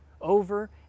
over